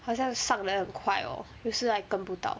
好像上的很快 lor 有时 like 跟不到